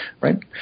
right